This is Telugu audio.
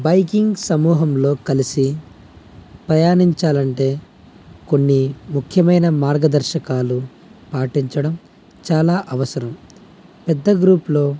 బైకింగ్ సమూహంలో కలిసి ప్రయాణించాలంటే కొన్ని ముఖ్యమైన మార్గదర్శకాలు పాటించడం చాలా అవసరం పెద్ద గ్రూప్లో